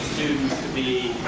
to be